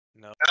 No